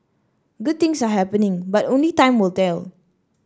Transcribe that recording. good things are happening but only time will tell